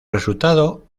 resultado